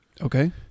Okay